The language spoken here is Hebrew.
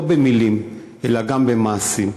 לא במילים אלא גם במעשים.